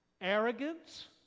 arrogance